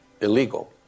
illegal